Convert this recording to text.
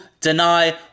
deny